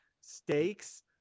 stakes